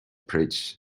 preach